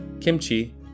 kimchi